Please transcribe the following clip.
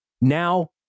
now